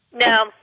No